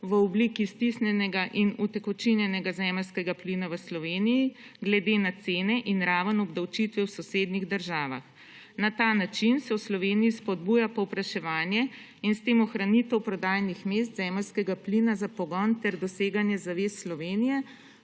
v obliki stisnjenega in utekočinjenega zemeljskega plina v Sloveniji glede na cene in raven obdavčite v sosednjih državah. Na ta način se v Sloveniji spodbuja povpraševanje in s tem ohranitev prodajnih mest zemeljskega plina za pogon ter doseganje zavez Slovenije